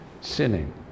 sinning